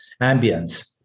ambience